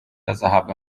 azahabwa